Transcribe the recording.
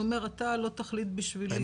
הוא אומר 'אתה לא תחליט בשבילי'.